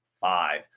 five